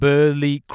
Burley